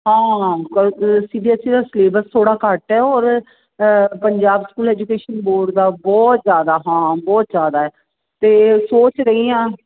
ਹਾਂ ਸੀ B S E ਦਾ syllabus ਥੋੜ੍ਹਾ ਘੱਟ ਹੈ ਔਰ ਪੰਜਾਬ ਸਕੂਲ ਐਜੂਕੇਸ਼ਨ ਬੋਰਡ ਦਾ ਬਹੁਤ ਜ਼ਿਆਦਾ ਹਾਂ ਬਹੁਤ ਜ਼ਿਆਦਾ ਅਤੇ ਸੋਚ ਰਹੀ ਹਾਂ